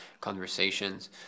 conversations